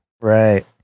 right